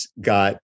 got